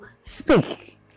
speak